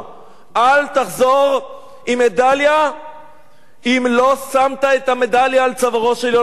אל תחזור עם מדליה אם לא שמת את המדליה על צווארו של יהונתן פולארד.